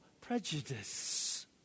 prejudice